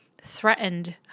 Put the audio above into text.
threatened